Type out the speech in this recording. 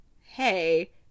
hey